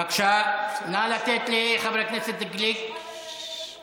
בבקשה, נא לתת לחבר הכנסת גליק לדבר.